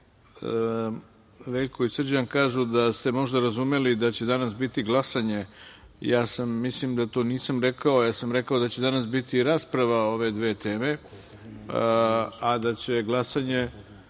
Veljko i Srđan kažu da ste možda razumeli da će danas biti glasanje, ja mislim da to nisam rekao. Ja sam rekao da će danas biti rasprava o ove dve teme, a da će glasanje